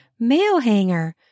Mailhanger